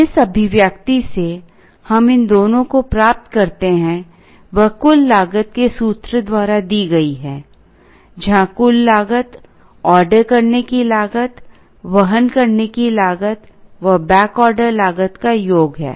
जिस अभिव्यक्ति से हम इन दोनों को प्राप्त करते हैं वह कुल लागत के सूत्र द्वारा दी गई है जहां कुल लागत आर्डर करने की लागतवहन करने की लागत व बैक आर्डर लागत का योग है